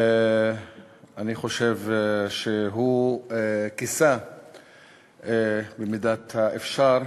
אני חושב שהוא כיסה במידת האפשר,